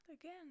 again